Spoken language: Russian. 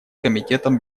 комитетом